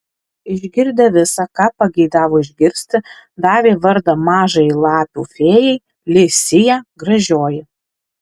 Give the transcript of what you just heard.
išgirdęs visa ką pageidavo išgirsti davė vardą mažajai lapių fėjai li sija gražioji